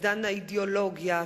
אובדן האידיאולוגיה,